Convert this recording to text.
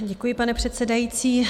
Děkuji, pane předsedající.